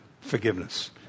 forgiveness